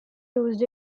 used